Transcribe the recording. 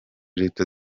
leta